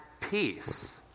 peace